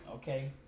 Okay